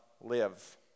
live